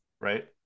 right